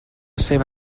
seva